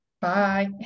bye